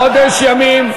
חודש ימים.